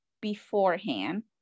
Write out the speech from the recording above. beforehand